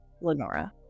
Lenora